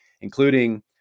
including